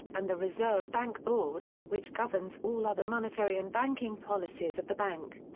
and the reserve bank board, which governs all other monetary and banking policies of the bank.